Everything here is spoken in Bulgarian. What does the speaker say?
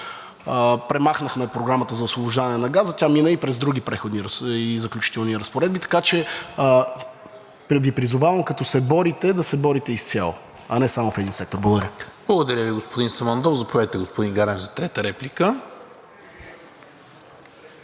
премахнахме Програмата за освобождаване на газа. Тя мина през други Преходни и заключителни разпоредби, така че Ви призовавам, като се борите, да се борите изцяло, а не само в един сектор. Благодаря. ПРЕДСЕДАТЕЛ НИКОЛА МИНЧЕВ: Благодаря Ви, господин Самандов. Заповядайте, господин Ганев, за трета реплика.